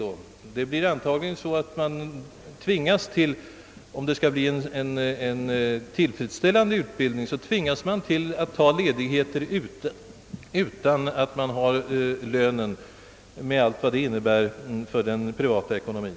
Om en sådan utbildning skall kunna bedrivas på ett fullt tillfredsställande sätt tvingas vederbörande nu normalt att vissa perioder ta ledigt utan lön, med allt vad detta innebär för den privata ekonomien.